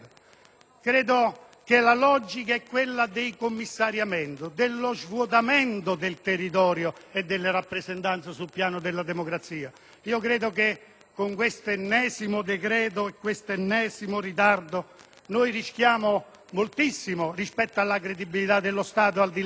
Credo che la logica sia quella dei commissariamenti, dello svuotamento del territorio e delle rappresentanze sul piano della democrazia. Credo che con questo ennesimo decreto e con questo ennesimo ritardo rischiamo moltissimo la credibilità dello Stato, al di là